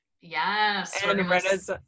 Yes